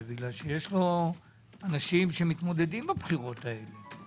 כי יש לו אנשים שמתמודדים בבחירות האלה.